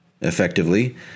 effectively